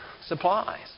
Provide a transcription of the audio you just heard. Supplies